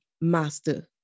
master